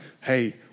hey